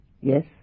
yes